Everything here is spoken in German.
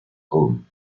rom